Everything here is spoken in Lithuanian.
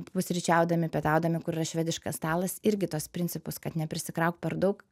pusryčiaudami pietaudami kur yra švediškas stalas irgi tuos principus kad neprisikrauk per daug